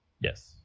yes